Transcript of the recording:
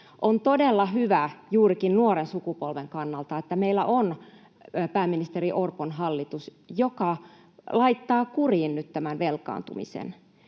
On todella hyvä juurikin nuoren sukupolven kannalta, että meillä on pääministeri Orpon hallitus, joka laittaa nyt kuriin tämän velkaantumisen.